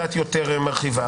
קצת יותר מרחיבה.